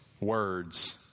words